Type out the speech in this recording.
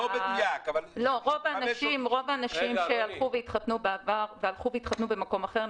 רוב האנשים שהתחתנו בעבר או התחתנו במקום אחר,